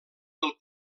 del